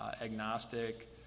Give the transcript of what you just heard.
agnostic